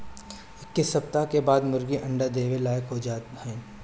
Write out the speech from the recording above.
इक्कीस सप्ताह के बाद मुर्गी अंडा देवे लायक हो जात हइन